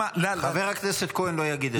גם חבר הכנסת כהן לא יגיד את זה.